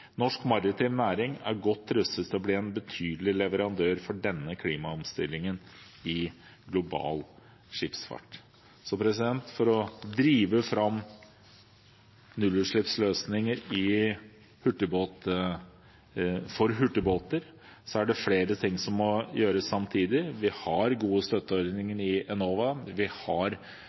Norsk maritim næring er godt rustet til å bli en betydelig leverandør for denne klimaomstillingen i global skipsfart. For å drive fram nullutslippsløsninger for hurtigbåter er det flere ting som må gjøres samtidig. Vi har gode støtteordninger i Enova, vi har